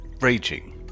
raging